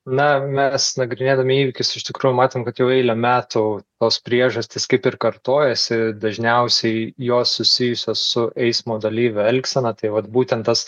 na mes nagrinėdami įvykius iš tikrųjų matėm kad jau eilę metų tos priežastys kaip ir kartojasi dažniausiai jos susijusios su eismo dalyvių elgsena tai vat būtent tas